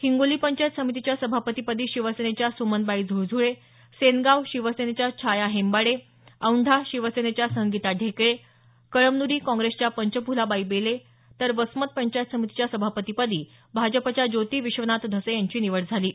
हिंगोली पंचायत समितीच्या सभापतीपदी शिवसेनेच्या सुमनबाई झुळझुळे सेनगाव शिवसेनेच्या छाया संजय हेंबाडे औैंढा शिवसेनेच्या संगीता ढेकळे कळमनुरी काँग्रेसच्या पंचफुलाबाई अशोक बेले तर वसमत पंचायत समितीच्या सभापती पदी भाजपाच्या ज्योती विश्वनाथ धसे यांची निवड झाली आहे